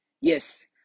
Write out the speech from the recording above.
Yes